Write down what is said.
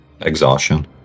exhaustion